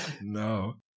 No